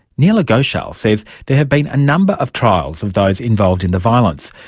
neela ghoshal says there have been a number of trials of those involved in the violence,